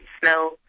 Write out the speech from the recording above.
snow